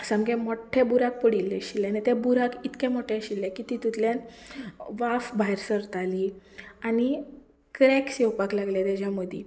सामके मोठ्ठे बुराक पडिल्ले आशिल्ले आनी ते बुराक इतले मोठे आशिल्ले की तितूंतल्यान वाफ भायर सरताली आनी क्रेक्स येवपाक लागले तेच्या मदीं